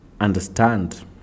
understand